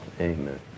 amen